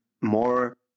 more